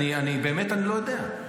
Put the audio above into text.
באמת אני לא יודע.